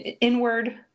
inward